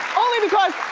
only because